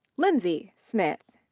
lindsey smith.